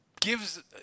gives